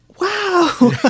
wow